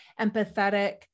empathetic